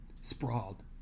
sprawled